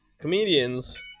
comedians